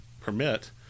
permit